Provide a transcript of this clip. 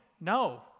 No